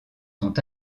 sont